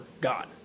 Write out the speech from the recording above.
God